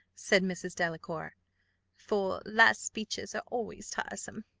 said mrs. delacour for last speeches are always tiresome.